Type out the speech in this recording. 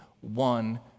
one